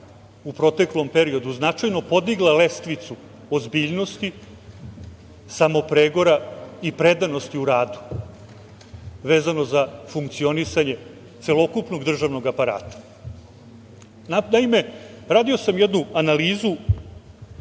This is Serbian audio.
u proteklom periodu značajno podigla lestvicu ozbiljnosti samopregora i predanosti u radu vezano za funkcionisanje celokupnog državnog aparata. Naime, radio sam jednu analizu